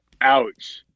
Ouch